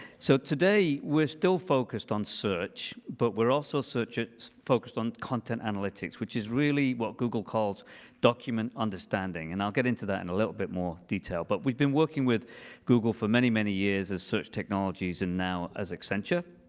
so today, we're still focused on search, but we're also focused on content analytics, which is really what google calls document understanding. and i'll get into that in a little bit more detail, but we've been working with google for many, many years as search technologies and now as accenture.